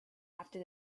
after